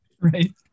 Right